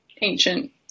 ancient